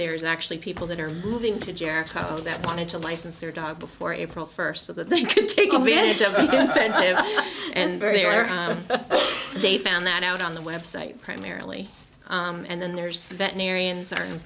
there's actually people that are moving to jericho that wanted to license their dog before april first so they can take advantage of it and they found that out on the web site primarily and then there's veterinarians are